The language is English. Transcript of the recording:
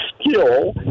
skill